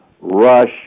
rush